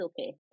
okay